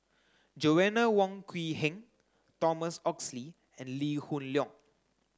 Joanna Wong Quee Heng Thomas Oxley and Lee Hoon Leong